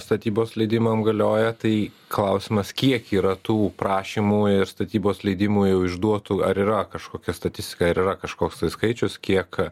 statybos leidimam galioja tai klausimas kiek yra tų prašymų ir statybos leidimų jau išduotų ar yra kažkokia statistika ar yra kažkoks tai skaičius kiek